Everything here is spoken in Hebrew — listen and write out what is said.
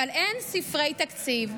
אבל אין ספרי תקציב,